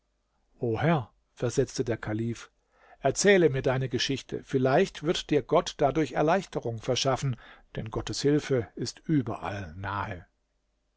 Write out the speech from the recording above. herr versetzte der kalif erzähle mir deine geschichte vielleicht wird dir gott dadurch erleichterung verschaffen denn gottes hilfe ist überall nahe